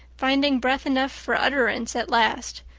finding breath enough for utterance at last.